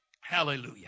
Hallelujah